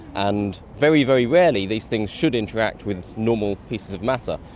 and very, very rarely these things should interact with normal pieces of matter.